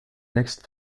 next